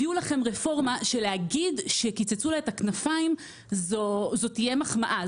הביאו לכם רפורמה שלהגיד שקיצצו לה את הכנפיים זו תהיה מחמאה.